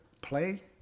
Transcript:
play